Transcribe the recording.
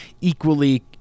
equally